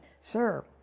Sir